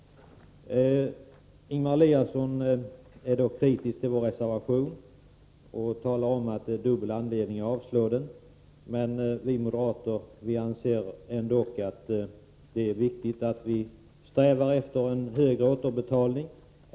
Ingemar Eliasson är kritisk mot vår reservation och talar om att riksdagen har dubbel anledning att avslå den. Vi moderater anser ändock att det är viktigt att vi strävar efter en hög återbetalning.